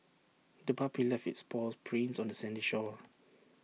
the puppy left its paw prints on the sandy shore